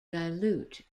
dilute